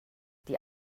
die